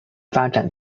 发展